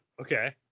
Okay